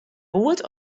goed